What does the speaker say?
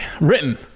Written